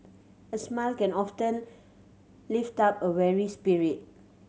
a smile can often lift up a weary spirit